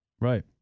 Right